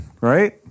Right